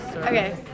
okay